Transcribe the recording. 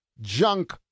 junk